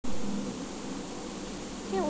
Gas বুকিংয়ের টাকা কিভাবে জমা করা হয়?